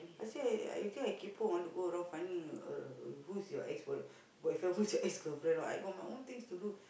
I say I you think I kaypoh want to go around finding uh who's your ex boy~ boyfriend who's your ex girlfriend I got my own things to do